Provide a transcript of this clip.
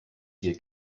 dir